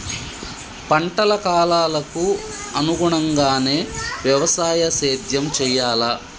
పంటల కాలాలకు అనుగుణంగానే వ్యవసాయ సేద్యం చెయ్యాలా?